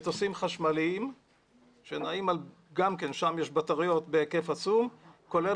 מטוסים חשמליים שגם שם יש בטריות בהיקף עצום כולל